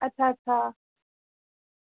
अच्छा अच्छा